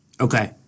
Okay